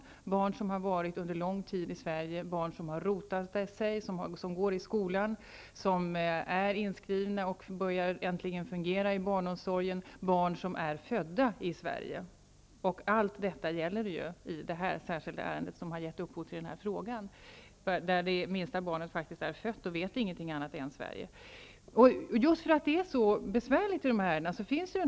Det är fråga om barn som varit lång tid i Sverige, rotat sig och går i skolan, barn som är inskrivna och äntligen börjar fungera i barnomsorgen och barn som är födda i Sverige. Allt detta gäller i det särskilda ärende som gett upphov till denna fråga. Det minsta barnet är fött i Sverige och vet inte av någonting annat än Den förordning vi talar om finns just för att dessa ärenden är så besvärliga.